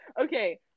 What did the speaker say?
okay